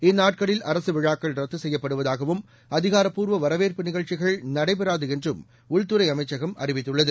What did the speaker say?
இந்நாட்களில் அரசு விழாக்கள் ரத்து செய்யப்படுவதாகவும் அதிகாரப்பூர்வ வரவேற்பு நிகழ்ச்சிகள் நடைபெறாது என்றும் உள்துறை அமைச்சகம் அறிவித்துள்ளது